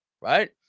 right